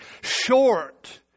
short